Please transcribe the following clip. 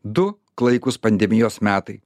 du klaikūs pandemijos metai